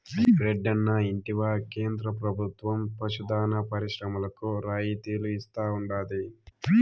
రెడ్డన్నా ఇంటివా కేంద్ర ప్రభుత్వం పశు దాణా పరిశ్రమలకు రాయితీలు ఇస్తా ఉండాది